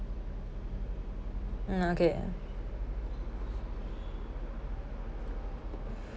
uh okay